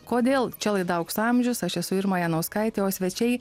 kodėl čia laida aukso amžius aš esu irma janauskaitė o svečiai